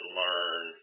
learn